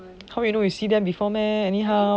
how you know you see them before meh anyhow